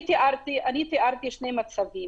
תיארתי שני מצבים.